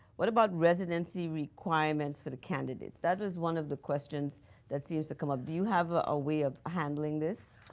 what about residency requirements for the candidates? that is one of the questions that seems to come up. do you have a way of handling this?